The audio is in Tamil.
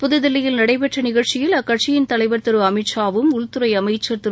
புதுதில்லியில் நடைபெற்ற நிகழ்ச்சியில் அக்கட்சியின் தலைவர் திரு அமித் ஷாவும் உள்துறை அமைச்சர் திரு